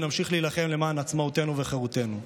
ונמשיך להילחם למען עצמאותנו וחירותנו.